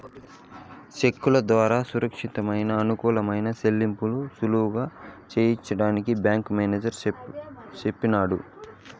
సెక్కుల దోరా సురచ్చితమయిన, అనుకూలమైన సెల్లింపుల్ని సులువుగా సెయ్యొచ్చని బ్యేంకు మేనేజరు సెప్పినాడు